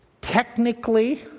Technically